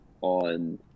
on